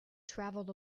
traveled